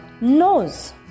nose